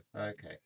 okay